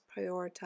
prioritize